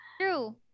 True